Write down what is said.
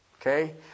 Okay